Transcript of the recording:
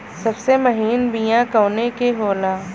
सबसे महीन बिया कवने के होला?